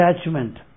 attachment